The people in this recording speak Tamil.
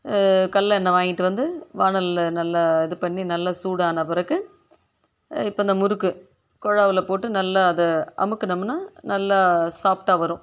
கடலெண்ணெ வாங்கிகிட்டு வந்து வாணலில் நல்லா இது பண்ணி நல்லா சூடான பிறகு இப்போ அந்த முறுக்கு கொழாயில போட்டு நல்லா அதை அமுக்குனோம்னா நல்லா சாஃப்ட்டாக வரும்